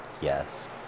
Yes